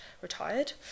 retired